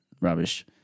rubbish